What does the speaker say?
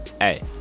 Hey